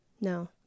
no